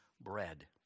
bread